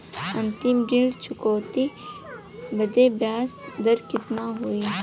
अंतिम ऋण चुकौती बदे ब्याज दर कितना होई?